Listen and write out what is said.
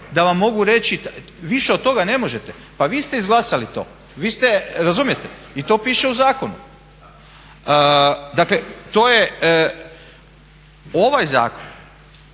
da vam mogu reći više od toga ne možete. Pa vi ste izglasali to, vi ste, razumijete. I to piše u zakonu. Dakle, to je. Ovaj zakon